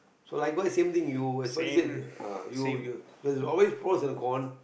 so likewise same thing you as what you said you ah there's always pros and cons